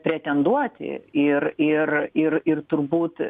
pretenduoti ir ir ir ir turbūt